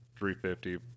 350